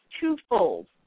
twofold